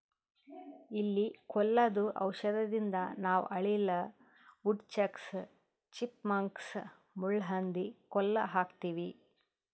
ಇಲಿ ಕೊಲ್ಲದು ಔಷಧದಿಂದ ನಾವ್ ಅಳಿಲ, ವುಡ್ ಚಕ್ಸ್, ಚಿಪ್ ಮಂಕ್ಸ್, ಮುಳ್ಳಹಂದಿ ಕೊಲ್ಲ ಹಾಕ್ತಿವಿ